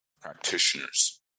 practitioners